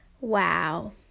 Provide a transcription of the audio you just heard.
wow